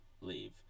leave